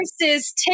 Versus